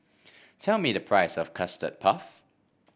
tell me the price of Custard Puff